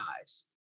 eyes